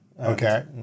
Okay